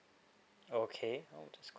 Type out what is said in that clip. okay